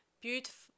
beautiful